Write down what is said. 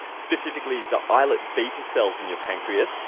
specifically the islet beta cells in your pancreas,